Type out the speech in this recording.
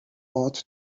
ought